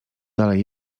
dalej